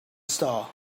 star